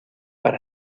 para